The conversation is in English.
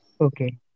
Okay